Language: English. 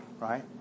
right